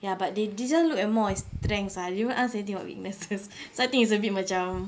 ya but they didn't look at more on strengths uh they didn't even ask anything about the weaknesses so I think a bit macam